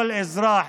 כל אזרח